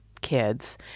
kids